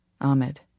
Ahmed